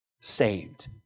saved